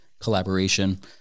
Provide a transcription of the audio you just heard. collaboration